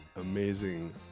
amazing